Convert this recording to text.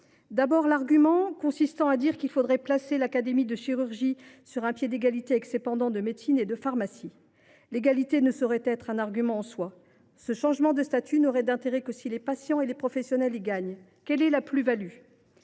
par l’argument consistant à dire qu’il faudrait placer l’Académie nationale de chirurgie sur un pied d’égalité avec ses pendants de médecine et de pharmacie. L’égalité ne saurait être un argument en soi. Un tel changement de statut n’aurait d’intérêt que si les patients et les professionnels y gagnaient. Quelle est la plus value ?